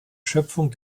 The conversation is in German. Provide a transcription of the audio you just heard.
schöpfung